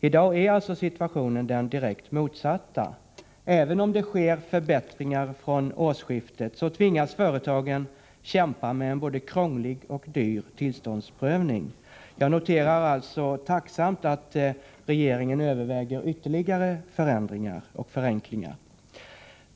I dag är situationen den direkt motsatta. Även om det sker förbättringar från årsskiftet tvingas företagen kämpa med en både krånglig och dyr tillståndsprövning. Jag noterar alltså tacksamt att regeringen överväger ytterligare förändringar och förenklingar.